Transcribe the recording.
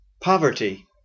poverty